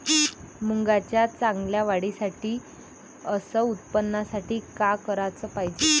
मुंगाच्या चांगल्या वाढीसाठी अस उत्पन्नासाठी का कराच पायजे?